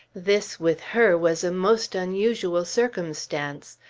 this with her was a most unusual circumstance.